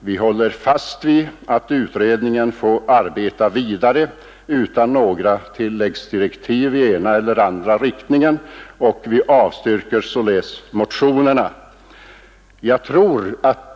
Vi håller fast vid att utredningen skall få arbeta vidare utan några tilläggsdirektiv i den ena eller andra riktningen, och vi avstyrker således motionerna.